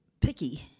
picky